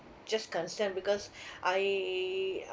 just concerned because I